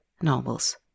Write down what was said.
novels